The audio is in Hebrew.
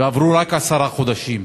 ועברו רק עשרה חודשים.